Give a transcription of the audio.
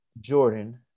Jordan